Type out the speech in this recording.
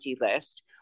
list